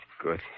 Good